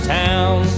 town